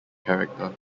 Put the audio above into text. character